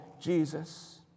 Jesus